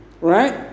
Right